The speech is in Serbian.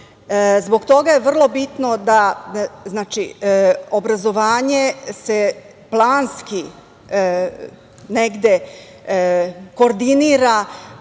Zbog toga je vrlo bitno da se obrazovanje planski negde koordinira